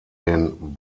den